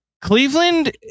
Cleveland